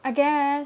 I guess